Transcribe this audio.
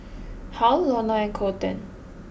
Hal Lorna and Colten